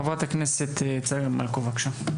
חברת הכנסת צגה מלקו, בבקשה.